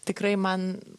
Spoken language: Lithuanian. tikrai man